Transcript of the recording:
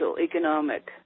economic